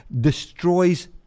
destroys